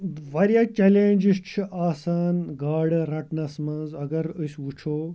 واریاہ چیلینٛجِس چھِ آسان گاڈٕ رَٹنَس منٛز اگر أسۍ وٕچھو